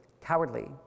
cowardly